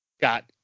got